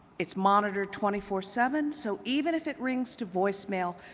it's monitored twenty four seven so even if it rings to voice mail,